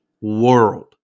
world